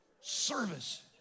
Service